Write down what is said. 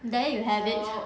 there you have it